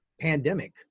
pandemic